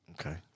Okay